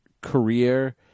career